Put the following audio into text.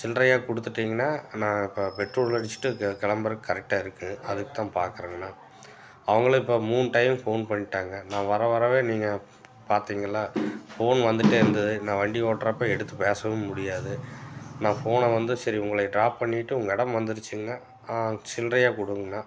சில்லறையாக கொடுத்துட்டீங்கனா நான் இப்போ பெட்ரோல் அடிச்சுட்டு கெ கிளம்புறக்கு கரெக்டாக இருக்கும் அதுக்குத்தான் பார்க்குறேங்கண்ணா அவர்களும் இப்போ மூணு டைம் ஃபோன் பண்ணிட்டாங்க நான் வர வரவே நீங்கள் பார்த்திங்களா ஃபோன் வந்துகிட்டே இருந்தது நான் வண்டி ஓட்டுறப்ப எடுத்துப் பேசவும் முடியாது நான் ஃபோனை வந்து சரி உங்களை டிராப் பண்ணிட்டு உங்க இடம் வந்திருச்சுங்க ஆ சில்லறையாக கொடுங்கண்ணா